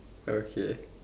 okay